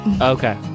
okay